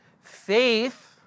Faith